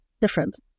different